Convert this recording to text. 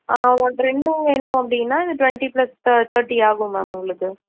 ஆ one ரெண்டும் வேணும் அப்படின்னா இந்த ட்வெண்டி ப்ளஸ் தெ தேர்ட்டி ஆகும் மேம் உங்களுக்கு